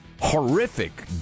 horrific